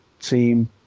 team